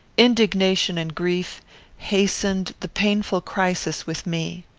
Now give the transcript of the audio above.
indignation and grief hastened the painful crisis with me.